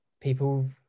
people